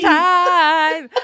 time